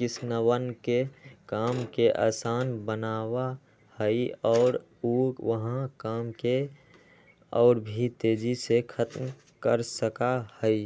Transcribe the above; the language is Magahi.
किसनवन के काम के आसान बनावा हई और ऊ वहां काम के और भी तेजी से खत्म कर सका हई